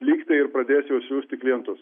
lygtai ir pradės jau siųsti klientus